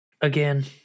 again